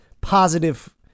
positive